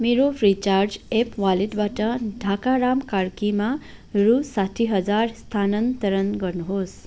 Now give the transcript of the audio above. मेरो Freecharge app वालेटबाट ढाका राम कार्कीमा रु साठी हजार स्थानान्तरण गर्नुहोस्